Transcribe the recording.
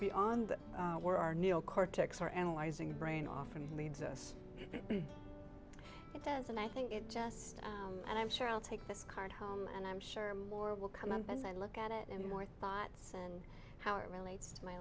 beyond that we're our neocortex are analyzing the brain often leads us it does and i think it just and i'm sure i'll take this card home and i'm sure more will come up as i look at it and more thoughts and how it relates to my